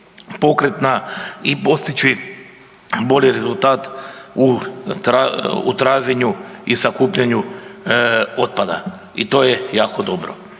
pokretna i postići bolji rezultat u traženju i sakupljanju otpada i to je jako dobro.